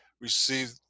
Receive